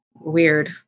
weird